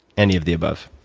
any of the above.